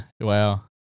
wow